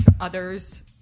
other's